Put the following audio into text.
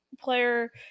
player